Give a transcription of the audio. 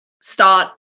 start